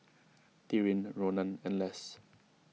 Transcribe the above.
Tyrin Ronan and Less